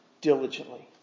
diligently